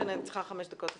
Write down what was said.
שמיעת התנגדויות, סעיף 6. (א)